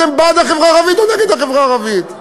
אתם בעד החברה הערבית או נגד החברה הערבית?